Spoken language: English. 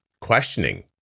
questioning